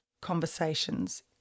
conversations